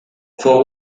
for